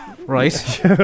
right